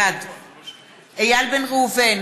בעד איל בן ראובן,